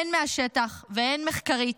הן מהשטח והן מחקרית,